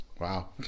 Wow